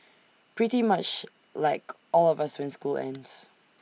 pretty much like all of us when school ends